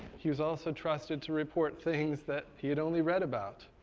he was also trusted to report things that he had only read about.